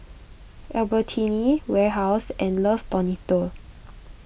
Albertini Warehouse and Love Bonito